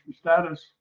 status